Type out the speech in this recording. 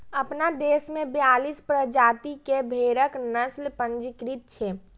अपना देश मे बियालीस प्रजाति के भेड़क नस्ल पंजीकृत छै